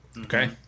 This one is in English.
Okay